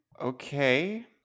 okay